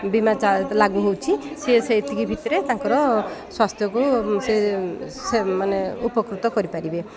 ବୀମା ଲାଗୁ ହେଉଛି ସିଏ ସେତିକି ଭିତରେ ତାଙ୍କର ସ୍ୱାସ୍ଥ୍ୟକୁ ସେ ସେ ମାନେ ଉପକୃତ କରିପାରିବେ